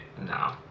no